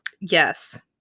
Yes